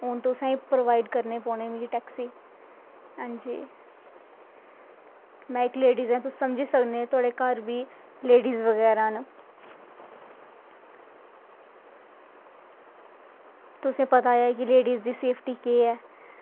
हून तुसें प्रोवाईड़ करनीं पौंनी मिगी टैक्सी हां जी में इक लेड़िस ऐ तुस समझी सकने तोआड़े घर बी लेड़िस बगैरा न तुसें पता ऐ कि लेड़िस दी सेफ्टी केह् ऐ